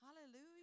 Hallelujah